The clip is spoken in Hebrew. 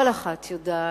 כל אחת יודעת,